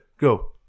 go